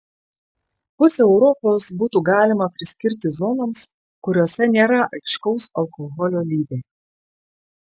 pusę europos būtų galima priskirti zonoms kuriose nėra aiškaus alkoholio lyderio